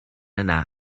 yna